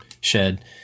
shed